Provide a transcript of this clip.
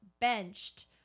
benched